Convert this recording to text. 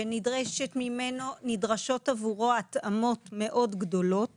שנדרשות עבורו התאמות מאוד גדולות